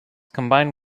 combined